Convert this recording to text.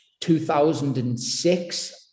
2006